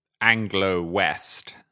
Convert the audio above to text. Anglo-West